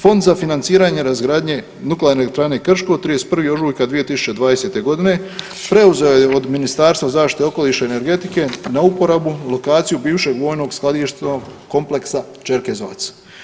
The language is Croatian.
Fond za financiranje razgradnje nuklearne elektrane Krško 31. ožujka 2020. godine preuzeo je od Ministarstva zaštite okoliša i energetike na uporabu lokaciju bivšeg vojno skladišnog kompleksa Čerkezovac.